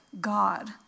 God